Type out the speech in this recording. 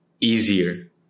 easier